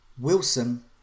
Wilson